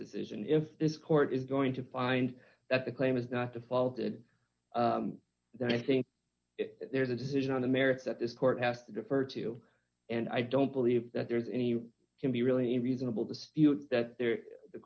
decision if this court is going to find that the claim is not to fall did then i think there's a decision on the merits that this court has to defer to and i don't believe that there's any can be really a reasonable dispute that there the